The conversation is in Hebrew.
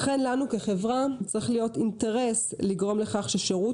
לכן לנו כחברה צריך להיות אינטרס לגרום לכך ששירות